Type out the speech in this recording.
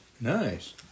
Nice